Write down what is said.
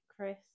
Chris